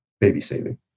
baby-saving